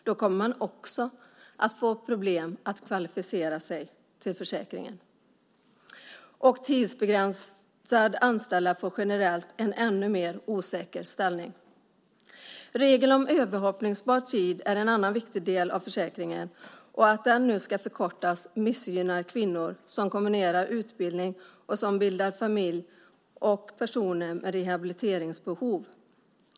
Då kommer man också att få problem att kvalificera sig till försäkringen. Och tidsbegränsat anställda får generellt en ännu mer osäker ställning. Regeln om överhoppningsbar tid är en annan viktig del av försäkringen. Att den nu ska förkortas missgynnar kvinnor som kombinerar utbildning med att bilda familj, liksom personer med rehabiliteringsbehov.